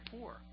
poor